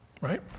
Right